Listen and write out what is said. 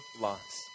loss